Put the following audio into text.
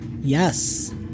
Yes